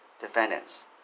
defendants